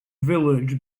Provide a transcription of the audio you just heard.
village